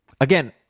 Again